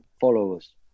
followers